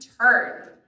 turn